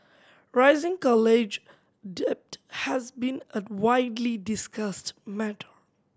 rising college debt has been a widely discussed matter